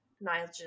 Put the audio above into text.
Nigel